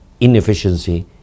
inefficiency